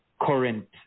current